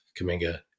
Kaminga